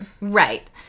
Right